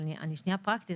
אבל אני שנייה פרקטית,